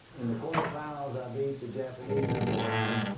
in the quarter finals i beat the japanese number one.